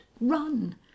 run